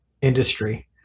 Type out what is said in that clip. industry